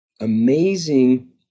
amazing